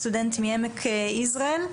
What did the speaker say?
סטודנט מעמק יזרעאל.